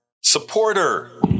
supporter